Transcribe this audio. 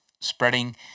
spreading